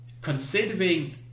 considering